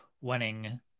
winning